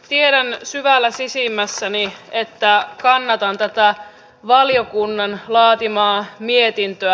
tiedän syvällä sisimmässäni että kannatan tätä valiokunnan laatimaa mietintöä